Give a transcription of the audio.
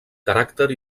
caràcter